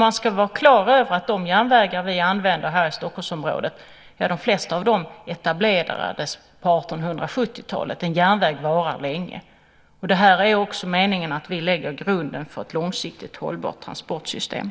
Man ska vara klar över att de flesta av de järnvägar vi använder här i Stockholmsområdet etablerades på 1870-talet. En järnväg varar länge. Det är också meningen att vi ska lägga grunden för ett långsiktigt hållbart transportsystem.